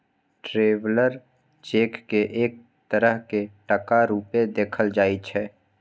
traveller cheque केँ एक तरहक टका रुपेँ देखल जाइ छै